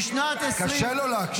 בשנת 2030 --- קשה לו להקשיב.